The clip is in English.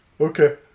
Okay